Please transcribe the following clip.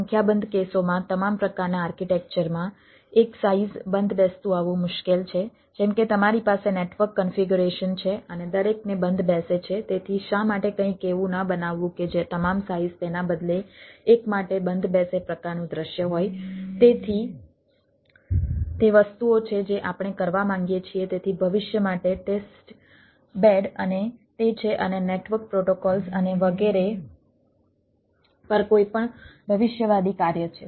સંખ્યાબંધ કેસોમાં તમામ પ્રકારના આર્કિટેક્ચરમાં 1 સાઈઝ અને વગેરે પર કોઈપણ ભવિષ્યવાદી કાર્ય છે